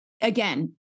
again